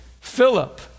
Philip